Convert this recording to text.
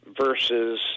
Versus